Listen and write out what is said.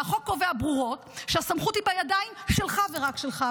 והחוק קובע ברורות שהסמכות היא בידיים שלך ורק שלך.